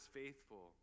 faithful